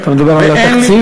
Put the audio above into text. אתה מדבר על התקציב?